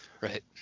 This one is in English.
Right